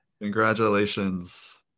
Congratulations